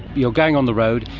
you're going on the road,